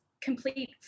complete